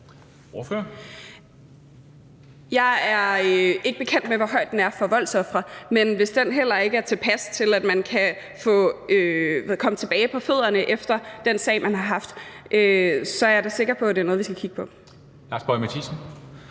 Jeg er ikke bekendt med, hvor høj den er for voldsofre. Men hvis den heller ikke er tilpas, i forhold til at man kan komme tilbage på fødderne efter den sag, man har haft, så er jeg da sikker på, at det er noget, vi skal kigge på. Kl.